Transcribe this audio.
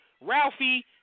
Ralphie